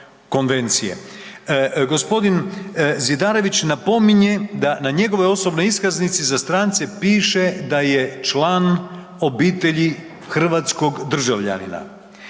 g. Zidarević napominje da na njegovoj osobnoj iskaznici za strance piše da je član obitelji hrvatskog državljanina.